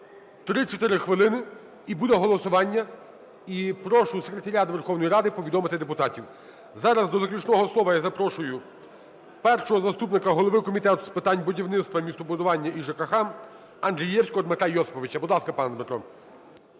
3-4 хвилини - і буде голосування. І прошу Секретаріат Верховної Ради повідомити депутатів. Зараз для заключного слова я запрошую першого заступника голови Комітету з питань будівництва, містобудування і ЖКГ Андрієвського Дмитра Йосиповича. Будь ласка, пане Дмитро.